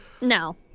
No